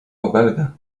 obelga